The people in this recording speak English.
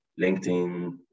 linkedin